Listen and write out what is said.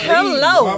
Hello